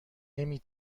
نمی